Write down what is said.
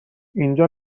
اینجا